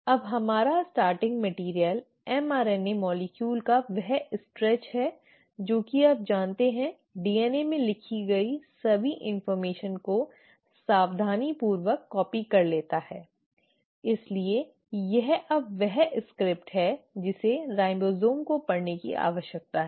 अब हमारा starting material mRNA अणु का वह स्ट्रेच है जो की आप जानते हैं डीएनए में लिखी गई सभी सूचनाओं को सावधानीपूर्वक कॉपी कर लेता है इसलिए यह अब वह स्क्रिप्ट है जिसे राइबोसोम को पढ़ने की आवश्यकता है